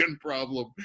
problem